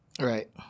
Right